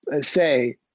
say